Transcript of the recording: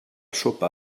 sopa